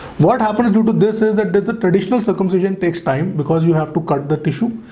what happens to to the this is that the the traditional circumcision takes time because you have to cut the tissue.